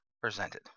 presented